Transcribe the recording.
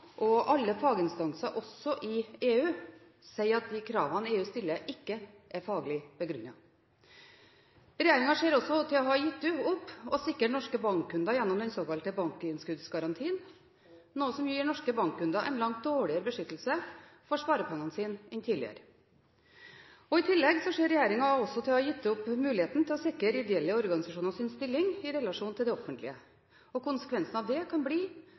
og at alle faginstanser, også i EU, sier at de kravene EU stiller, ikke er faglig begrunnet. Regjeringen ser også ut til å ha gitt opp å sikre norske bankkunder gjennom den såkalte bankinnskuddsgarantien, noe som gir norske bankkunder en langt dårligere beskyttelse for sparepengene sine enn tidligere. I tillegg ser regjeringen også ut til å ha gitt opp muligheten til å sikre ideelle organisasjoners stilling i relasjon til det offentlige. Konsekvensen av det kan bli